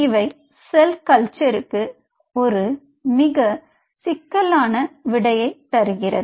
இவை செல் கல்ச்சருக்கு ஒரு மிக சிக்கலான விடையை தருகிறது